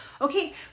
okay